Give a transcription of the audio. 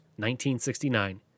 1969